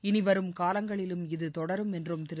இனிவரும் காலங்களிலும் இது தொடரும் என்றும் திரு